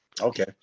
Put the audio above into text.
Okay